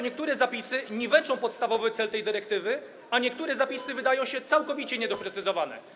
Niektóre zapisy niweczą podstawowy cel tej dyrektywy, a niektóre zapisy wydają się całkowicie niedoprecyzowane.